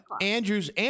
Andrew's